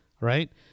Right